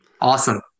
Awesome